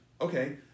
Okay